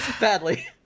Badly